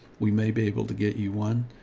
we may be able to get you one,